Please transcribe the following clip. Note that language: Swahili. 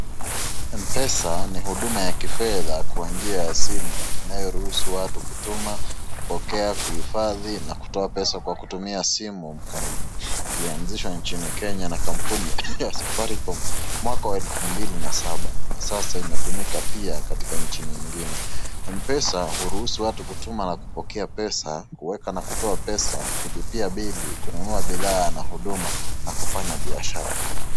Mpesa ni huduma ya kifedha kwa njia ya simu inayoruhusu watu kutuma, kupokea, kuhifadhi na kutoa pesa kwa kutumia simu mkononi, iliansishwa njini Kenya na kambuni ya Safaricom mwaka wa elfu mbili na saba na sasa imetumika pia katika nchi nyingine, mpesa huruhusu watu kutuma na kupokea pesa, kuweka na kutoa pesa, kulipia bili, kununua bidhaa na huduma na kufanya biashara.